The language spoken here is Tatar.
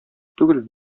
түгел